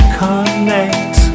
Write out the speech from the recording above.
connect